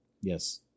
yes